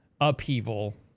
upheaval